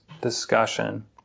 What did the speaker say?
discussion